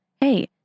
hey